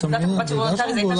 אני